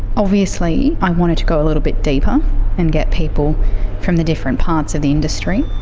obviously i wanted to go a little bit deeper and get people from the different parts of the industry.